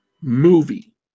movie